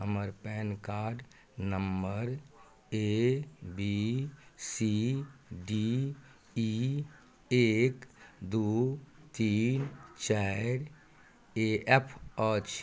हमर PAN card number A B C D E एक दू तीन चारि ए एफ अछि